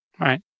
right